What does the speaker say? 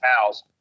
house